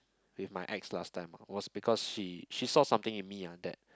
with my ex last time was because she she saw something in me ah that